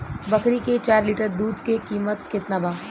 बकरी के चार लीटर दुध के किमत केतना बा?